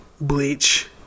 bleach